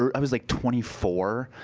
i was like twenty four,